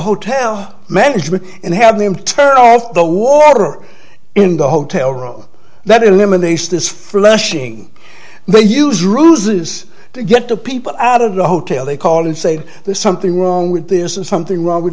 hotel management and have them tear off the wall or in the hotel room that eliminates this flushing they use ruses to get the people out of the hotel they call and say there's something wrong with this and something wrong with